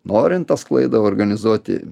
norint tą sklaidą organizuoti